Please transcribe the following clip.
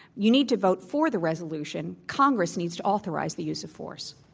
you need to vote for the resolution. congress needs to authorize the use of force.